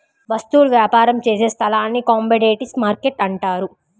వస్తువుల వ్యాపారం చేసే స్థలాన్ని కమోడీటీస్ మార్కెట్టు అంటారు